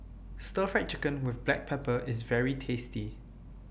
Stir Fried Chicken with Black Pepper IS very tasty